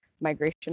migration